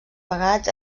pagats